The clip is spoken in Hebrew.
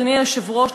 אדוני היושב-ראש,